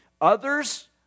Others